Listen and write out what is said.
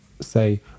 say